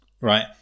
right